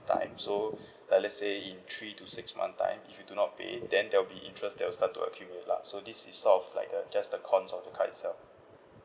time so like let's say in three to six month time if you do not pay then there will be interest that will start to accumulate lah this is sort of like the just the cons of the cards itself